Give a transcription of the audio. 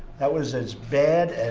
that was as bad and